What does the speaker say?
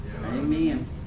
Amen